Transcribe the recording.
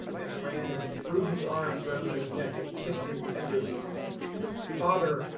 and ran and threw his arms round his neck and kissed him tenderly father,